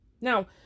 Now